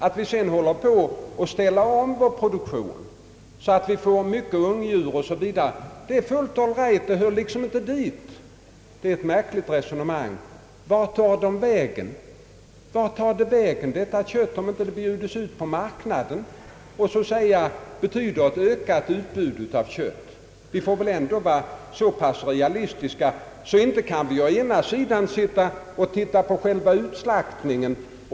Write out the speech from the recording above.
Att vi sedan håller på att ställa om vår produktion så att vi får mycket ungdjur, det är i sin ordning, det hör liksom inte dit, tycks hr Kristiansson anse. Det är ett märkligt resonemang. Vart tar detta kött vägen om det inte bjuds ut på marknaden, så att man får ett ökat utbud av kött? Vi får väl ändå vara så realistiska, att vi inte bara tittar på enbart den s.k. utslaktningen.